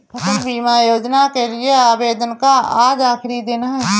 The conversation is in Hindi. फसल बीमा योजना के लिए आवेदन का आज आखरी दिन है